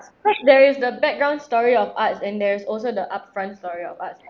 first there is the background story of arts and there's also the upfront story of arts